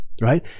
Right